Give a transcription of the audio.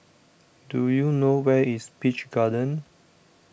do you know where is Peach Garden